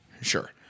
Sure